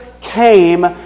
came